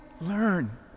learn